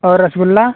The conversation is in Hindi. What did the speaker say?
और रसगुल्ला